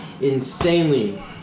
insanely